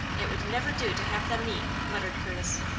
it would never do to have them meet! muttered curtis.